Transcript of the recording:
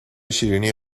شیرینی